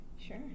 Sure